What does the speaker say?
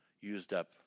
used-up